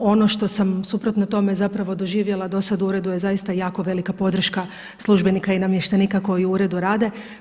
Ono što sam suprotno tome doživjela do sada u uredu je zaista jako velika podrška službenika i namještenika koji u uredu rade.